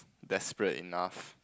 desperate enough